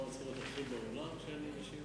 הם לא צריכים להיות נוכחים באולם כשאני משיב?